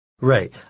Right